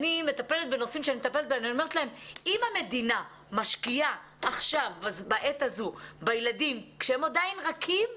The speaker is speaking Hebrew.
אם המדינה משקיעה בעת הזו בילדים כשהם עדיין רכים,